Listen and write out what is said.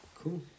Cool